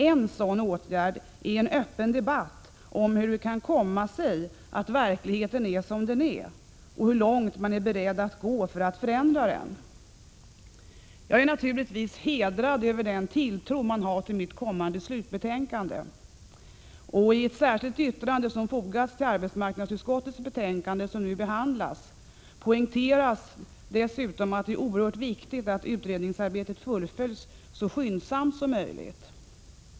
En sådan åtgärd är en öppen debatt om hur det kan komma sig att verkligheten är som den är och hur långt man är beredd att gå för att förändra den. Jag är naturligtvis hedrad över den tilltro man har till mitt kommande slutbetänkande. I ett särskilt yttrande till det betänkande från arbetsmarknadsutskottet som nu behandlas poängteras dessutom att det är oerhört viktigt att utredningsarbetet fullföljs så skyndsamt som möjligt.